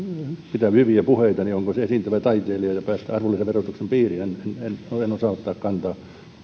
pitää hyviä puheita olla se esiintyvä taiteilija ja päästä arvonlisäverotuksen piiriin en en osaa ottaa kantaa